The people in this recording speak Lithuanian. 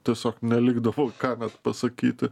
tiesiog nelikdavo ką pasakyti